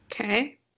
okay